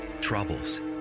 troubles